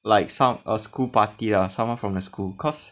like some a school party lah someone from the school cause